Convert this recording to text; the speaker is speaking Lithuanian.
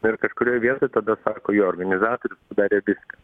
na ir kažkurioj vietoj tada sako jo organizatorius padarė viską